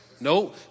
No